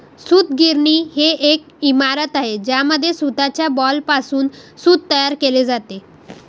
सूतगिरणी ही एक इमारत आहे ज्यामध्ये सूताच्या बॉलपासून सूत तयार केले जाते